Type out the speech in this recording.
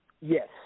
Yes